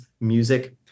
music